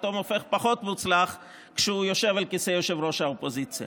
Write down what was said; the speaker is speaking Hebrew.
פתאום הופך פחות מוצלח כשהוא יושב על כיסא ראש האופוזיציה.